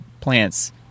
plants